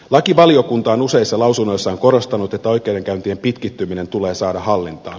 lakivaliokunta on useissa lausunnoissaan korostanut että oikeudenkäyntien pitkittyminen tulee saada hallintaan